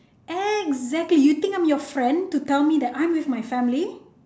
exactly you think I'm your friend to tell me that I'm with your family